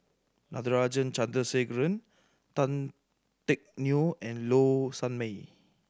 Natarajan Chandrasekaran Tan Teck Neo and Low Sanmay